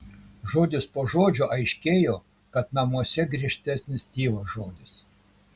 žodis po žodžio aiškėjo kad namuose griežtesnis tėvo žodis